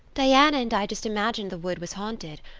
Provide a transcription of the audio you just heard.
diana and i just imagined the wood was haunted.